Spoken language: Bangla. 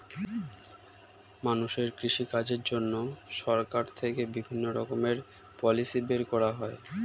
মানুষের কৃষি কাজের জন্য সরকার থেকে বিভিন্ন রকমের পলিসি বের করা হয়